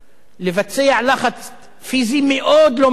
לבצע לחץ פיזי מאוד לא מתון,